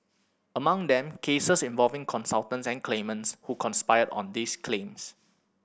among them cases involving consultants and claimants who conspired on these claims